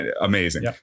Amazing